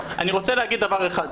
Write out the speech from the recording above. אני רוצה להגיד דבר אחד.